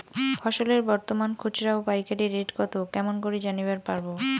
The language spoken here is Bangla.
ফসলের বর্তমান খুচরা ও পাইকারি রেট কতো কেমন করি জানিবার পারবো?